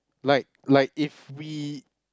like like if we